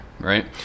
right